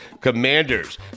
Commanders